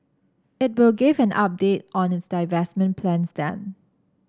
it will give an update on its divestment plans then